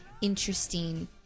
interesting